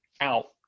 out